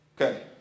Okay